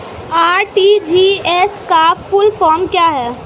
RTGS का full form क्या है?